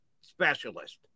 specialist